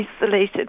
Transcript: isolated